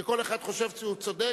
שכל אחד חושב שהוא צודק,